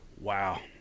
wow